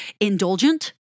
indulgent